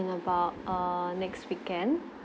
in about err next weekend